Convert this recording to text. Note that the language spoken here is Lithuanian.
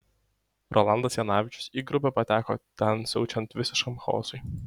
rolandas janavičius į grupę pateko ten siaučiant visiškam chaosui